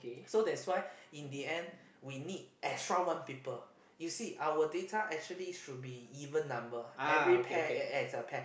so that's why in the end we need extra one people you see our data actually should be even number every pair act as a pair